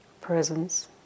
presence